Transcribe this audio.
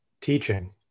teaching